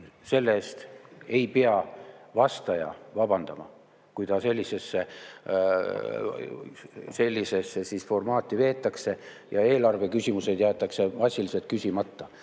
Selle eest ei pea vastaja vabandama, kui ta sellisesse formaati veetakse ja eelarve küsimused jäetakse massiliselt küsimata. Kelle